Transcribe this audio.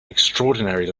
extraordinary